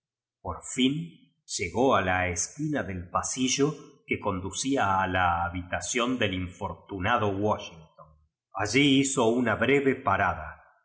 por lin llegó a la esquina del palillo que conducía a la habitación del infortunado washington allí hizo una breve parada